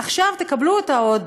עכשיו תקבלו עוד